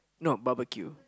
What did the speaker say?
no barbeque